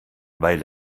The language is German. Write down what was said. weil